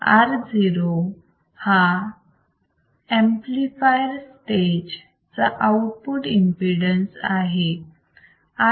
Ro हा amplifier stage चा output impedance आहे